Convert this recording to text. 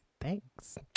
Thanks